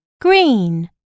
green